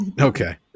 Okay